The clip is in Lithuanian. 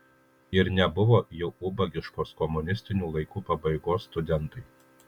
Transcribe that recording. ir nebuvo jau ubagiškos komunistinių laikų pabaigos studentai